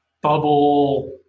bubble